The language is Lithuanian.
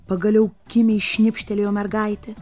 pagaliau kimiai šnipštelėjo mergaitė